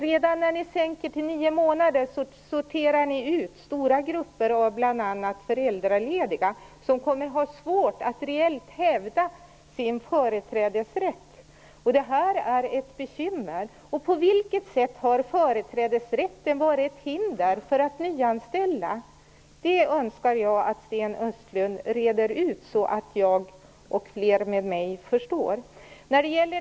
Redan när ni sänker till 9 månader sorterar ni ut stora grupper av bl.a. föräldralediga, som kommer att ha svårt att reellt hävda sin företrädesrätt. Det här är ett bekymmer. På vilket sätt har företrädesrätten varit ett hinder för att nyanställa? Det önskar jag att Sten Östlund reder ut, så att jag och fler med mig förstår.